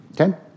okay